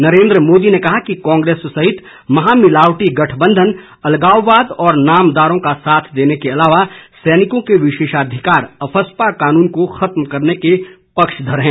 नरेन्द्र मोदी ने कहा कि कांग्रेस सहित महामिलावटी गठबंधन अलगाववाद और नामदारों का साथ देने के अलावा सैनिकों के विशेषाधिकार अफस्पा कानून का खत्म करने के पक्षधर हैं